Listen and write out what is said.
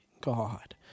God